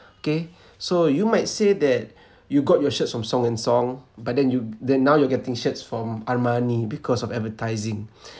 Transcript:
okay so you might say that you got your shirts from song and song but then you then now you're getting shirts from armani because of advertising